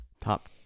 Top